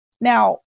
Now